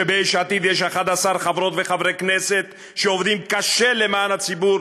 שביש עתיד יש 11 חברות וחברי כנסת שעובדים קשה למען הציבור,